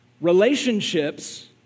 Relationships